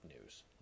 news